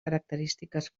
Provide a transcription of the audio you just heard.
característiques